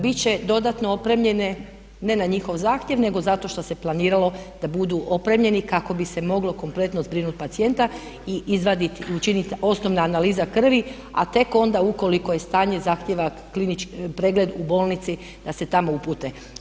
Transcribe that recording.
Bit će dodatno opremljene ne na njihov zahtjev, nego zato što se planiralo da budu opremljeni kako bi se moglo kompletno zbrinut pacijenta i izvadit i učinit osnovna analiza krvi, a tek onda ukoliko stanje zahtijeva pregled u bolnici da se tamo upute.